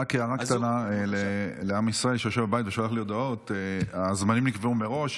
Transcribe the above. רק הערה קטנה לעם ישראל שיושב בבית ושולח לי הודעות: הזמנים נקבעו מראש.